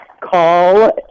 Call